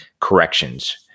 corrections